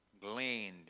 gleaned